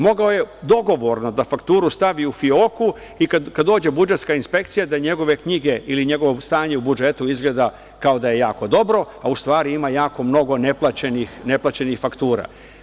Mogao je dogovorno da fakturu stavi u fioku i kada dođe budžetska inspekcija, da njegove knjige ili njegovo stanje u budžetu izgleda kao da je jako dobro, a u stvari ima jako mnogo neplaćenih faktura.